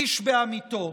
"איש בעמיתו".